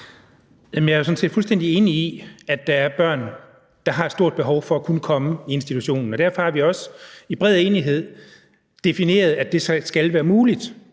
set fuldstændig enig i, at der er børn, der har et stort behov for at kunne komme i institutionen, og derfor har vi også i bred enighed defineret, at det skal være muligt.